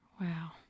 Wow